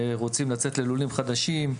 שרוצים לצאת ללולים חדשים.